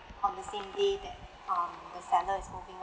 on the same day that um the seller is moving out